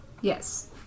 Yes